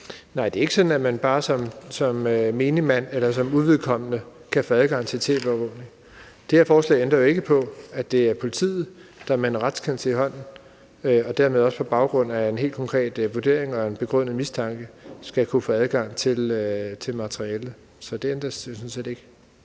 Nej, det er ikke sådan, at man som menigmand eller som uvedkommende bare kan få adgang til tv-overvågning. Det her forslag ændrer jo ikke på, at det er politiet, der med en retskendelse i hånden og dermed også på baggrund af en helt konkret vurdering og en begrundet mistanke skal kunne få adgang til materialet. Så det ændres sådan set ikke.